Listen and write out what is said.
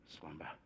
slumber